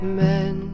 men